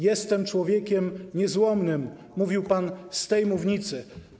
Jestem człowiekiem niezłomnym - mówił pan z tej mównicy.